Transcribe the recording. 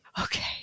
okay